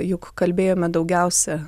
juk kalbėjome daugiausia